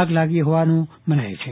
આગ લાગી હોવાનું અનુમાન છે